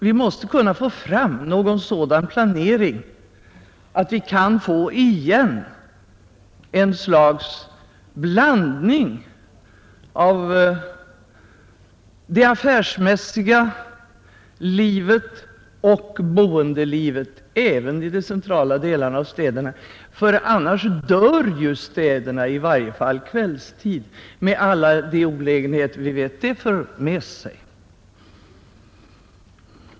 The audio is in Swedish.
Vi måste kunna få någon sådan planering att vi kan få igen ett slags blandning av det affärsmässiga livet och boendelivet även i de centrala delarna av städerna — annars dör städerna, i varje fall under kvällstid, med alla de olägenheter vi vet att det för med sig.